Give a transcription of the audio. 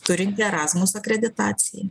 turinti erasmus akreditacijai